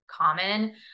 common